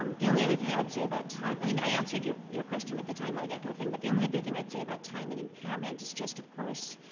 um the only other thing i would say about time i mean i answered your your question with the time lag echo thing, but the only other thing i'd say about time and impairment is just, of course,